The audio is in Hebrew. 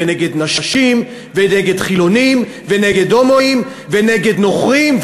ונגד נשים ונגד חילונים ונגד הומואים ונגד נוכרים,